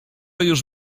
już